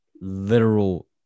literal